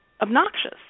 obnoxious